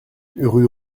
rue